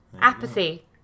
Apathy